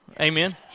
Amen